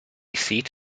seat